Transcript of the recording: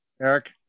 Eric